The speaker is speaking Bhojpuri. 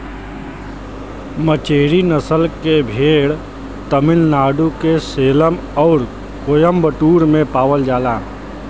मचेरी नसल के भेड़ तमिलनाडु के सेलम आउर कोयम्बटूर में पावल जाला